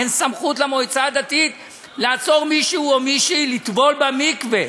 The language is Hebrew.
אין סמכות למועצה הדתית לעצור מישהו או מישהי לטבול במקווה.